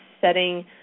setting